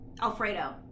Alfredo